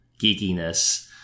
geekiness